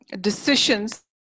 decisions